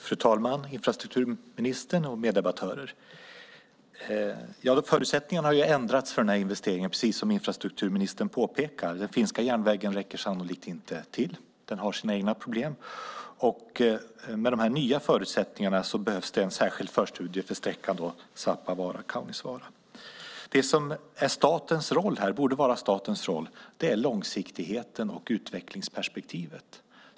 Fru talman! Infrastrukturministern! Meddebattörer! Förutsättningarna för investeringen har ju ändrats, precis som infrastrukturministern påpekar. Den finska järnvägen räcker sannolikt inte till. Den har sina egna problem. Med de nya förutsättningarna behövs en särskild förstudie för sträckan Svappavaara-Kaunisvaara. Det som borde vara statens roll är långsiktigheten och utvecklingsperspektivet.